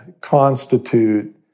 constitute